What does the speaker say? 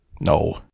No